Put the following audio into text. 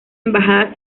embajada